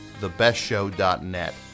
thebestshow.net